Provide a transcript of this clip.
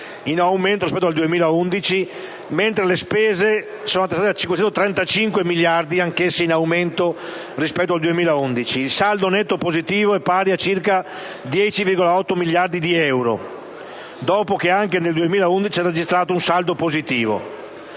(in aumento rispetto al 2011), mentre le spese finali si sono attestate a 535 miliardi (anch'esse in aumento rispetto al 2011). Il saldo netto è positivo per circa 10,8 miliardi di euro, dopo che anche nel 2011 si era registrato un saldo positivo,